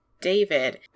David